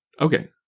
Okay